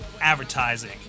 advertising